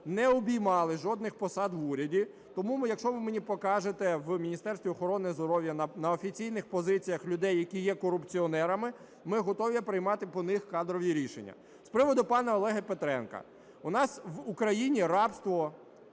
не обіймали жодних посад в уряді. Тому ми, якщо ви мені покажете в Міністерстві охорони здоров'я на офіційних позиціях людей, які є корупціонерами, ми готові приймати по них кадрові рішення. З приводу пана Олега Петренка. У нас в Україні рабство